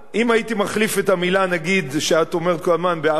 אם הייתי נגיד מחליף את המלה שאת אומרת כל הזמן ב"ערבים",